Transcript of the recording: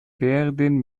werden